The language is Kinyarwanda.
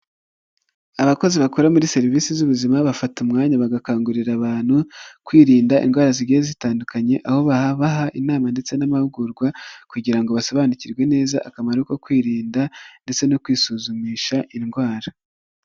Abakozi bakora muri serivisi z'ubuzima bafata umwanya bagakangurira abantu, kwirinda indwara zigiye zitandukanye, aho babaha inama ndetse n'amahugurwa, kugira ngo basobanukirwe neza akamaro ko kwirinda ndetse no kwisuzumisha indwara.